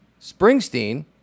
Springsteen